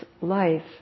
life